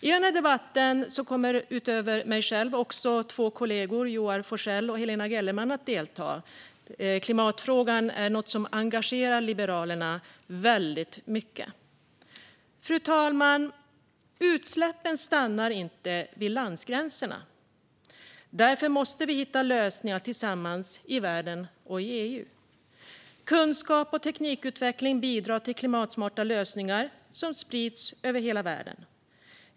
I den här debatten kommer utöver jag själv också två kollegor, Joar Forsell och Helena Gellerman, att delta. Klimatfrågan är något som engagerar Liberalerna väldigt mycket. Fru talman! Utsläppen stannar inte vid landsgränserna. Därför måste vi hitta lösningar tillsammans i världen och inom EU. Kunskap och teknikutveckling bidrar till klimatsmarta lösningar som sprids över hela världen.